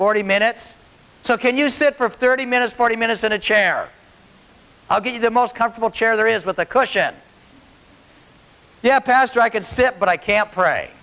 forty minutes so can you sit for thirty minutes forty minutes in a chair i'll get you the most comfortable chair there is with a question yeah a pastor i could sit but i can't pray